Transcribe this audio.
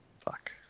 fuck